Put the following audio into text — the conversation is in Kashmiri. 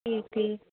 ٹھیٖک ٹھیٖک